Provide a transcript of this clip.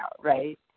right